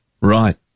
Right